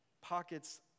pockets